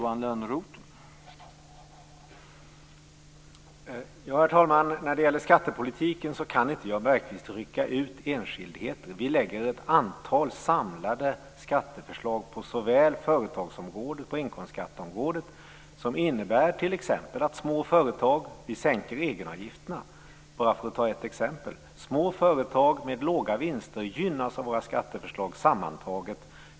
Herr talman! Jan Bergqvist kan inte rycka ut enskildheter när det gäller skattepolitiken. Vi lägger fram ett antal samlade skatteförslag såväl på företagsskatte som på inkomstskatteområdet vilka t.ex. innebär att vi sänker egenavgifterna. Små företag med låga vinster gynnas sammantaget av våra skatteföretag.